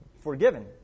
forgiven